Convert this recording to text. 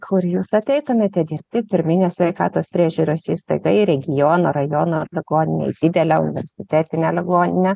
kur jūs ateitumėte dirbti į pirminės sveikatos priežiūros įstaigą į regiono rajono ligoninę didelę universitetinę ligoninę